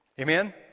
Amen